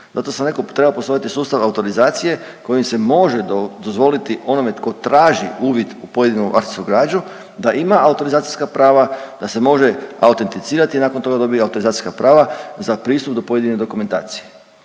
Zato sam rekao treba postojati sustav autorizacije kojim se može dozvoliti onome tko traži uvid u pojedinu arhivsku građu da ima autorizacijska prava, da se može autenticirati i nakon toga dobije autorizacijska prava za pristup do pojedine dokumentacije.